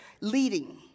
leading